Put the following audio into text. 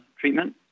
treatment